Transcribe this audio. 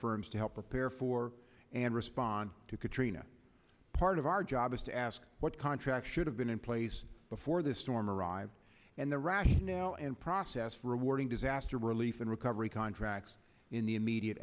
firms to help prepare for and respond to katrina part of our job is to ask what contracts should have been in place before the storm arrived and the rationale and process for awarding disaster relief and recovery contracts in the immediate